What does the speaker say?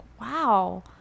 wow